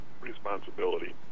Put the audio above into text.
responsibility